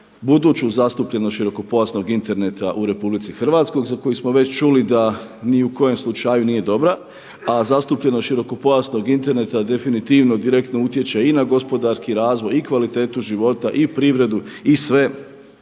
buduću zastupljenost širokopojasnog interneta u RH za koji smo već čuli da ni u kojem slučaju nije dobra, a zastupljenost širokopojasnog interneta definitivno direktno utječe i na gospodarski razvoj, i kvalitetu života, i privredu i sve